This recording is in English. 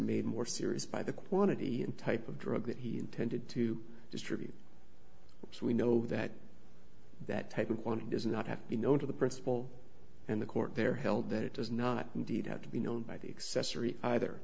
made more serious by the quantity and type of drug that he intended to distribute so we know that that type of one does not have to be known to the principal and the court there held that it does not indeed had to be known by the accessory either